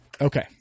Okay